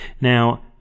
Now